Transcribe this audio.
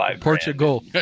Portugal